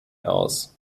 aus